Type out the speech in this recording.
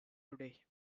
today